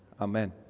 amen